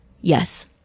Yes